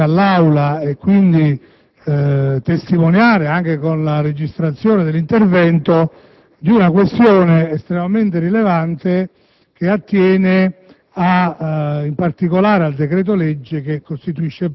poco, per fare presente all'Assemblea, e quindi testimoniare anche con la registrazione dell'intervento, una questione estremamente rilevante